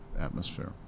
atmosphere